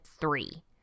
three